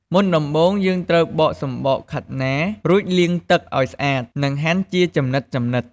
មុនដំបូង យើងត្រូវបកសំបកខាត់ណា រួចលាងទឹកឱ្យស្អាត និងហាន់ជាចំណិតៗ។